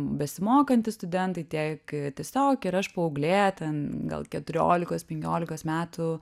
besimokantys studentai tiek tiesiog ir aš paauglė ten gal keturiolikos penkiolikos metų